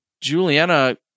Juliana